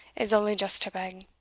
is only just to beg.